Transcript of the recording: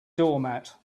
doormat